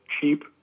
cheap